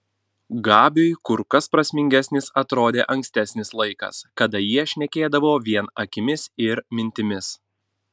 gabiui kur kas prasmingesnis atrodė ankstesnis laikas kada jie šnekėdavo vien akimis ir mintimis